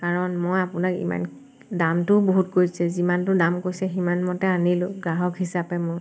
কাৰণ মই আপোনাক ইমান দামটোও বহুত কৈছে যিমানটো দাম কৈছে সিমানমতে আনিলোঁ গ্ৰাহক হিচাপে মই